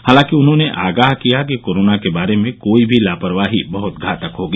हालांकि उन्होंने आगाह किया कि कोरोना के बारे में कोई भी लापरवाही बहत घातक होगी